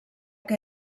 que